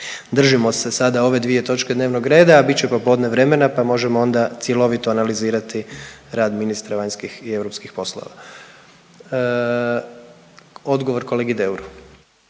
držimo se sada ove dvije točke dnevnog reda, a bit će popodne vremena pa možemo onda cjeloviti analizirati rad ministra vanjskih i europskih poslova. Odgovor kolegi Deuru.